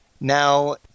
now